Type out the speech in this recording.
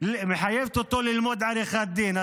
אותו ללמוד עריכת דין.